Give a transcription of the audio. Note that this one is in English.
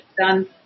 done